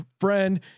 friend